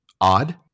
odd